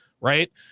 right